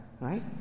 Right